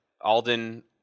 Alden